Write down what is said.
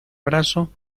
brazo